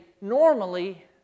normally